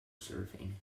serving